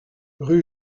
rue